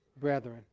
brethren